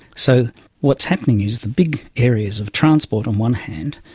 so what's happening is the big areas of transport on one hand,